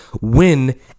win